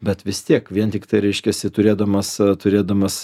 bet vis tiek vien tiktai reiškiasi turėdamas turėdamas